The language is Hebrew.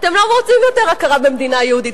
אתם לא רוצים יותר הכרה במדינה יהודית,